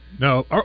No